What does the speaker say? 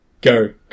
go